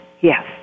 Yes